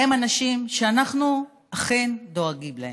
והם אנשים שאנחנו אכן דואגים להם.